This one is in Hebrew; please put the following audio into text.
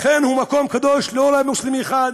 לכן, הוא מקום קדוש לא למוסלמי אחד,